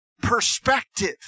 perspective